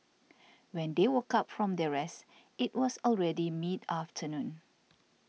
when they woke up from their rest it was already mid afternoon